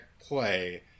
play